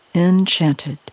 enchanted.